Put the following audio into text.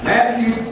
Matthew